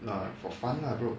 for fun lah bro